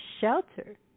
shelter